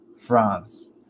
France